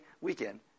weekend